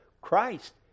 Christ